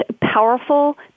powerful